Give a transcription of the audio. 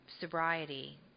sobriety